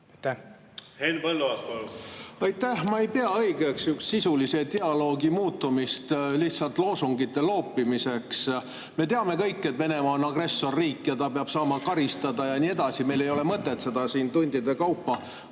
Ma ei pea õigeks sisulise dialoogi muutumist niisuguseks lihtsalt loosungite loopimiseks. Me teame kõik, et Venemaa on agressorriik ja ta peab saama karistada ja nii edasi. Meil ei ole mõtet seda siin tundide kaupa